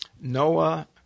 Noah